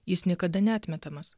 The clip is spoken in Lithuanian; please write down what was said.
jis niekada neatmetamas